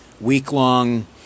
week-long